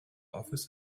office